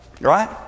Right